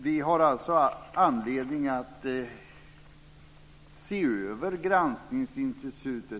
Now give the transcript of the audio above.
Vi har alltså anledning att se över granskningsinstitutet.